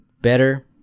better